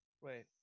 Wait